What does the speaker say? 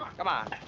come on.